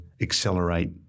accelerate